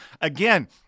again